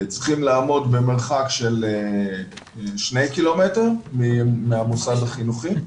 צריכים לעמוד במרחק של שני קילומטר מהמוסד החינוכי.